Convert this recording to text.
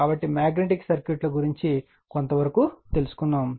కాబట్టి మాగ్నెటిక్ సర్క్యూట్ల గురించి కొంత వరకు తెలుసుకున్నాము